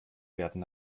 werden